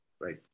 Right